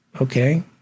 Okay